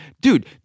dude